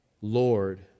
Lord